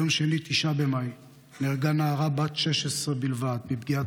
ביום שני 9 במאי נהרגה נערה בת 16 בלבד מפגיעת